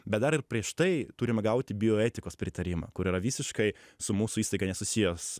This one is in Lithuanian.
bet dar ir prieš tai turime gauti bioetikos pritarimą kur yra visiškai su mūsų įstaiga nesusijęs